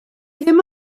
ddim